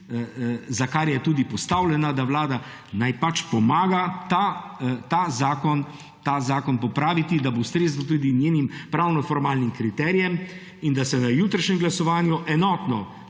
za kar je tudi postavljena, da vlada, naj pač pomaga ta zakon popraviti, da bo ustrezal tudi njenim pravnoformalnim kriterijem in da se na jutrišnjem glasovanju enotno,